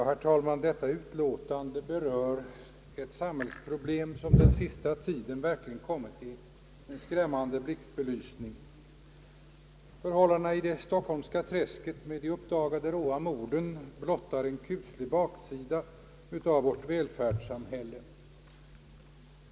Herr talman! Detta utlåtande berör ett samhällsproblem som den senaste tiden verkligen kommit i en skrämmande blixtbelysning. Förhållandena i det stockholmska »träsket« med de uppdagade råa morden blottar en kuslig baksida av vårt välfärdssamhälle.